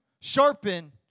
sharpen